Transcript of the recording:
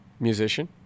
Musician